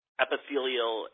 epithelial